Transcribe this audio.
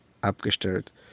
abgestellt